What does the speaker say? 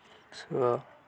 so